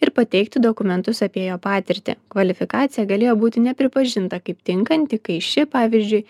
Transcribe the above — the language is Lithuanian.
ir pateikti dokumentus apie jo patirtį kvalifikacija galėjo būti nepripažinta kaip tinkanti kai ši pavyzdžiui